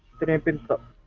wrapping up